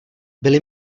byli